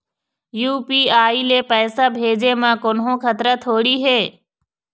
UPI ले पैसे भेजे म कोन्हो खतरा थोड़ी हे?